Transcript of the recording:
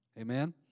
Amen